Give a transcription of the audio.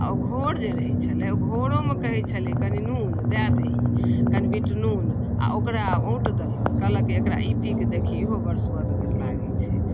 आओर घोर जे रहै छलै ओ घोरोमे कहै छलै कनि नून दऽ दही कनि बिटनून आओर ओकरा औँटि देलक कहलक एकरा ई पीबिकऽ देखही इहो बड़ सुअदगर लागै छै